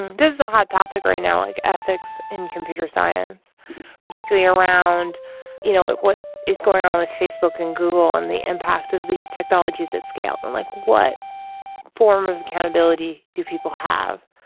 this is a hot topic right now like ethics in computer science particularly around you know what is going on with facebook and google and the impact of these technologies at scale and like what form of accountability do people have.